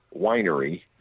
Winery